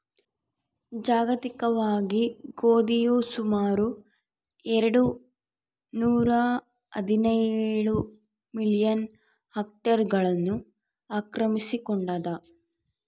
ಜಾಗತಿಕವಾಗಿ ಗೋಧಿಯು ಸುಮಾರು ಎರೆಡು ನೂರಾಹದಿನೇಳು ಮಿಲಿಯನ್ ಹೆಕ್ಟೇರ್ಗಳನ್ನು ಆಕ್ರಮಿಸಿಕೊಂಡಾದ